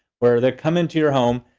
where they come into your home.